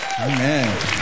Amen